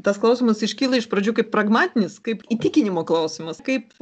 tas klausimas iškyla iš pradžių kaip pragmatinis kaip įtikinimo klausimas kaip